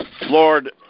Lord